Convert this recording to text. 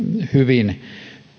hyvin